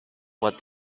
what